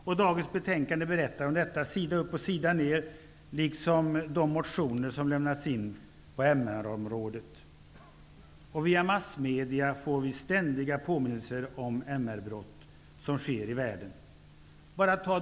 området som lämnats in, berättas sida upp och sida ned om detta. Via massmedierna får vi ständiga påminnelser om MR-brott som sker i världen.